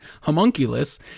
homunculus